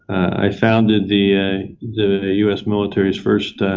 i founded the the u s. military's first